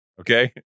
okay